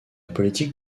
politique